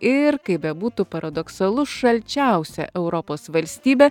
ir kaip bebūtų paradoksalu šalčiausią europos valstybę